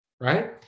right